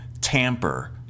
Tamper